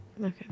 Okay